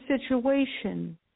situation